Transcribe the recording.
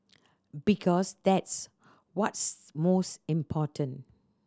because that's what's most important